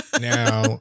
now